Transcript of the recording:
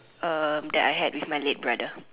um that I had with my late brother